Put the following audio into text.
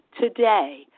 today